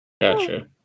Gotcha